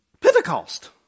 Pentecost